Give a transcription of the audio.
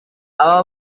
aba